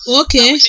okay